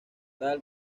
del